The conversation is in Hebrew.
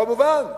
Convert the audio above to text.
כמובן,